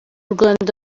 rwanda